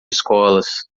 escolas